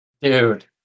Dude